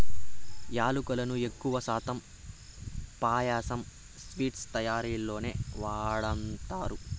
యాలుకలను ఎక్కువ శాతం పాయసం, స్వీట్స్ తయారీలోనే వాడతండారు